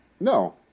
No